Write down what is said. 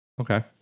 Okay